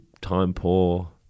time-poor